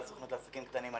הסוכנות לעסקים קטנים.